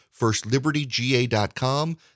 FirstLibertyGA.com